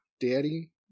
Daddy